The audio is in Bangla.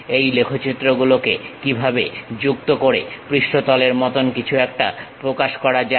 এই লেখচিত্রগুলোকে কিভাবে যুক্ত করে পৃষ্ঠতলের মতো কিছু একটা প্রকাশ করা যায়